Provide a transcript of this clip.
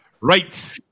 right